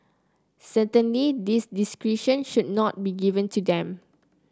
certainly this discretion should not be given to them